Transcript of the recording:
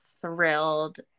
thrilled